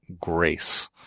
grace